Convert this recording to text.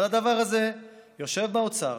אבל הדבר הזה יושב באוצר